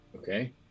Okay